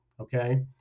Okay